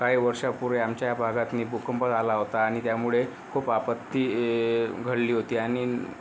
काही वर्षापूर्वी आमच्या भागातनी भूकंप झाला होता आणि त्यामुळे खूप आपत्ती घडली होती आणि